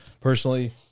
Personally